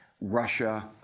Russia